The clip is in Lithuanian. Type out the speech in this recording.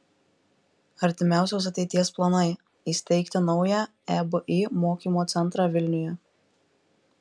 artimiausios ateities planai įsteigti naują ebi mokymo centrą vilniuje